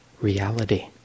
Reality